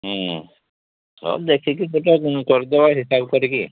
ହଁ ସବୁ ଦେଖିକି ଟିକିଏ ଉଁ କରିଦେବା ହିସାବ କରିକି